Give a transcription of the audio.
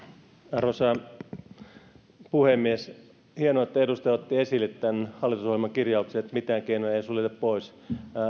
arvoisa puhemies hienoa että edustaja otti esille tämän hallitusohjelman kirjauksen että mitään keinoja ei suljeta pois